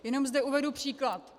Jenom zde uvedu příklad.